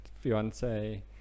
fiance